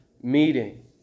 meeting